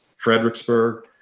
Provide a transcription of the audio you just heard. Fredericksburg